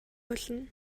болно